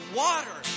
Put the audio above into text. water